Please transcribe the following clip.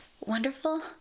wonderful